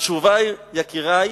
התשובה היא, יקירי,